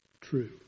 true